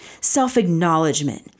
self-acknowledgement